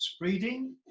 breeding